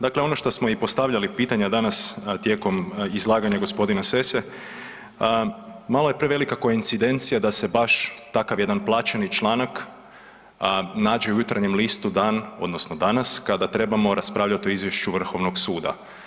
Dakle, ono što smo i postavljali pitanja danas tijekom izlaganja gospodina Sesse malo je prevelika koincidencija da se baš takav jedan plaćeni članak nađe u Jutarnjem listu dan odnosno danas kada trebamo raspravljati o izvješću Vrhovnog suda.